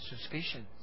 suspicions